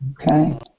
Okay